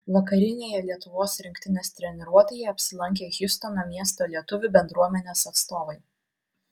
vakarinėje lietuvos rinktinės treniruotėje apsilankė hjustono miesto lietuvių bendruomenės atstovai